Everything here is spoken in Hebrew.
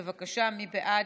בבקשה, מי בעד?